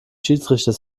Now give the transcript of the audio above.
schiedsrichter